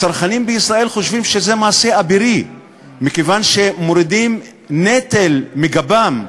הצרכנים בישראל חושבים שזה מעשה אבירי מכיוון שמורידים נטל מגבם,